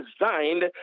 designed